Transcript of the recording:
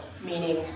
meaning